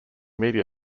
media